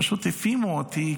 פשוט הפעימה אותי,